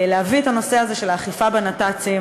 להביא את הנושא הזה של האכיפה בנת"צים.